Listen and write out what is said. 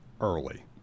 early